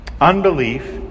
Unbelief